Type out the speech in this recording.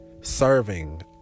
serving